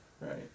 Right